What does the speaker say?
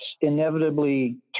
inevitably